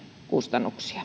kustannuksia